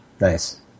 nice